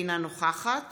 אינה נוכחת